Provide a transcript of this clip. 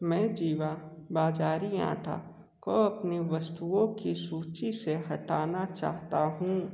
मैं जीवा बजारी आटा को अपनी वस्तुओं की सूची से हटाना चाहता हूँ